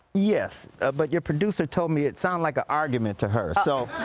yes but your producer told me it sounded like a argument to her. so